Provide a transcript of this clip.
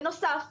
בנוסף,